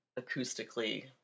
acoustically